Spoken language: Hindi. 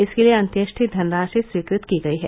इसके लिये अन्येष्टि धनराशि स्वीकृत की गई है